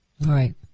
Right